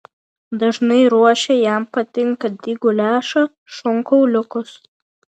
dažnai ruošia jam patinkantį guliašą šonkauliukus